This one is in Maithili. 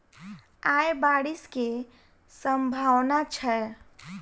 आय बारिश केँ सम्भावना छै?